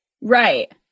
Right